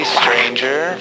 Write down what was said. stranger